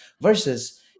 Versus